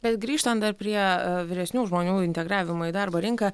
bet grįžtant dar prie vyresnių žmonių integravimo į darbo rinką